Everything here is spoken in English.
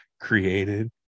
created